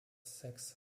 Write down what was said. sex